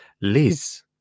Liz